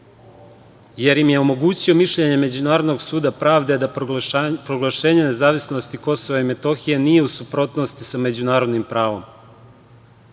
jer im je omogućio mišljenje Međunarodnog suda pravde da proglašenje nezavisnosti KiM nije u suprotnosti sa međunarodnim